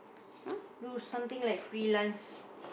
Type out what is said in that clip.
you know do something like freelance